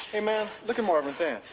hey man, look at marvin's hand.